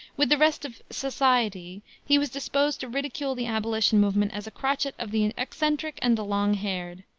with the rest of society he was disposed to ridicule the abolition movement as a crotchet of the eccentric and the long-haired.